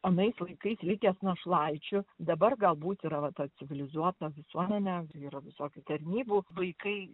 anais laikais likęs našlaičiu dabar galbūt yra va ta civilizuota visuomenė yra visokių tarnybų vaikai